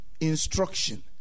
instruction